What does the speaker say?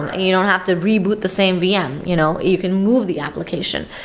you don't have to reboot the same vm. you know you can move the application.